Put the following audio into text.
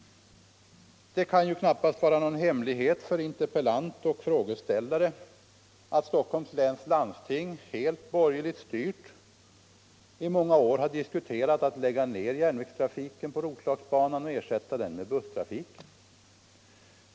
Det kan knappast vara någon hemlighet för interpellant och frågeställare att Stockholms läns landsting — helt borgerligt styrt — i många år har diskuterat att lägga ned järnvägstrafiken på Roslagsbanan och ersätta den med busstrafik.